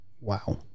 Wow